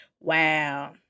Wow